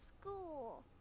school